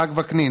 יצחק וקנין,